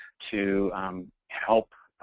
to um help